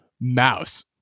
mouse